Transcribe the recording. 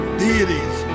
deities